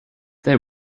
they